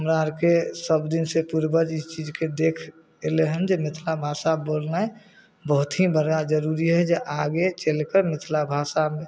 हमरा आरके सबदिन से पूर्वज ई चीजके देख अयलै हन जे मिथला भाषा बोलनाइ बहुत ही बड़ा जरुरी है जे आगे चैलिके मिथला भाषा